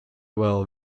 well